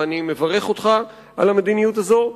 ואני מברך אותך על המדיניות הזאת,